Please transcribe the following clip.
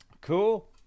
cool